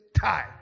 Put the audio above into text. time